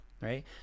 right